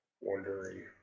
wondering